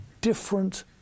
different